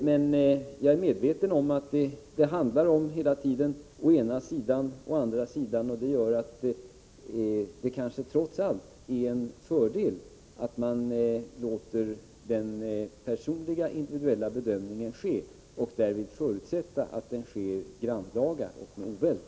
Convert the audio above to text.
Men jag är medveten om att det hela tiden handlar om resenomang av typen å ena sidan — å andra sidan, och det gör att det kanske trots allt är en fördel att låta den personliga, individuella bedömningen ske och därvid förutsätta att den görs på ett grannlaga sätt och med oväld.